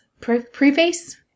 preface